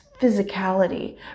physicality